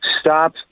stop